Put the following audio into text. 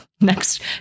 Next